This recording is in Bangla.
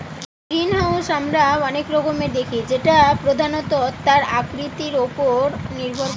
গ্রিনহাউস আমরা অনেক রকমের দেখি যেটা প্রধানত তার আকৃতি উপর নির্ভর করে